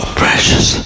precious